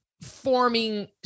forming